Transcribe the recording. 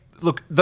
Look